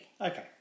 Okay